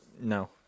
No